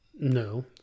No